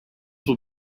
will